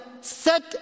set